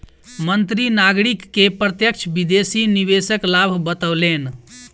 मंत्री नागरिक के प्रत्यक्ष विदेशी निवेशक लाभ बतौलैन